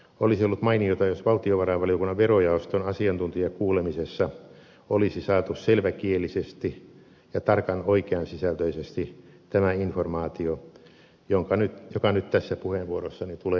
olisi ollut mainiota jos valtiovarainvaliokunnan verojaoston asiantuntijakuulemisessa olisi saatu selväkielisesti ja tarkan oikeansisältöisesti tämä informaatio joka nyt tässä puheenvuorossani tulee